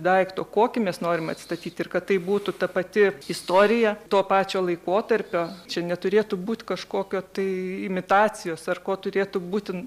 daikto kokį mes norime atstatyt ir kad tai būtų ta pati istorija to pačio laikotarpio čia neturėtų būt kažkokio tai imitacijos ar ko turėtų būti